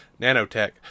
nanotech